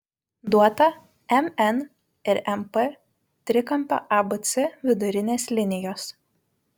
duota mn ir np trikampio abc vidurinės linijos